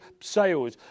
sales